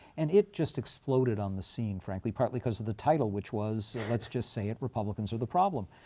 and it just exploded on the scene, frankly partly because of the title, which was let's just say it republicans are the problem.